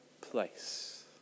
place